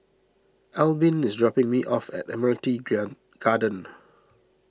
Albin is dropping me off at Admiralty Garden